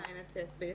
לא ב-ז'